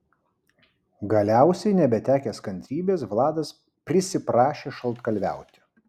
galiausiai nebetekęs kantrybės vladas prisiprašė šaltkalviauti